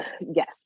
yes